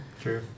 True